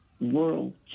world